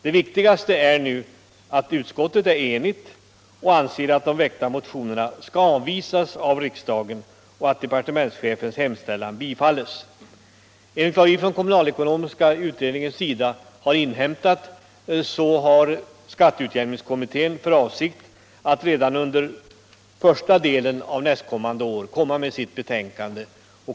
Det väsentliga för dagen är att utskottet enigt anser att de väckta motionerna skall avvisas av riksdagen och att departementschefens hemställan skall bifallas. Enligt vad vi från kommunalekonomiska utredningens sida har inhämtat har skatteutjämningskommittén för avsikt att redan under första delen av nästkommande år lägga fram sitt betänkande.